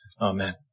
Amen